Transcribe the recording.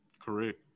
Correct